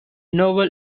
novel